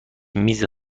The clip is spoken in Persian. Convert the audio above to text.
میز